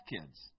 kids